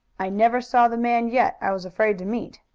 i never saw the man yet i was afraid to meet.